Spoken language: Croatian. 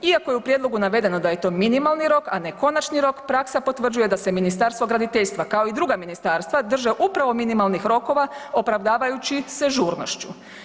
Iako je u prijedlogu da je to minimalni rok, a ne konačni rok, praksa potvrđuje da se Ministarstvo graditeljstva kao i druga ministarstva, drže upravo minimalnih rokova opravdavajući se žurnošću.